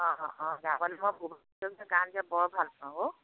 অঁ অঁ যাব লাগিব ভূপেন হাজৰিকাৰ গান যে বৰ ভাল পাওঁ অ'